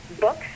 books